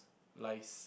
lies